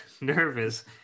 nervous